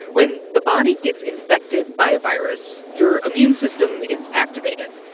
when the body gets infected by a virus, your immune system is activated.